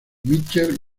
mitchell